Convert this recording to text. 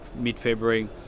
mid-February